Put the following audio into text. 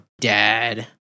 dad